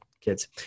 kids